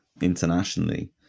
internationally